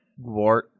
Gwart